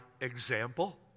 example